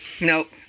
Nope